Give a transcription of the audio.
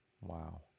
wow